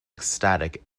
ecstatic